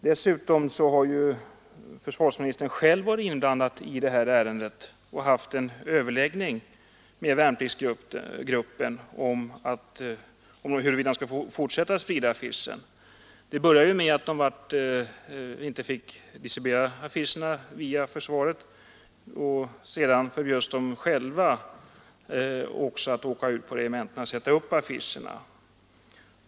Dessutom har försvarsministern själv varit inblandad i detta ärende och haft en överläggning med värnpliktsgruppen om huruvida den skulle få fortsätta att sprida affischen. Det började med att affischerna inte fick distribueras via försvaret. Sedan förbjöds medlemmarna i gruppen att själva åka ut till regementena och sätta upp affischerna.